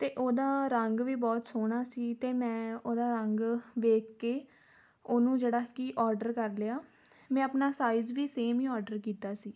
ਅਤੇ ਉਹਦਾ ਰੰਗ ਵੀ ਬਹੁਤ ਸੋਹਣਾ ਸੀ ਅਤੇ ਮੈਂ ਉਹਦਾ ਰੰਗ ਵੇਖ ਕੇ ਉਹਨੂੰ ਜਿਹੜਾ ਕਿ ਔਡਰ ਕਰ ਲਿਆ ਮੈਂ ਆਪਣਾ ਸਾਈਜ਼ ਵੀ ਸੇਮ ਹੀ ਔਡਰ ਕੀਤਾ ਸੀ